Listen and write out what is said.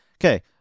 Okay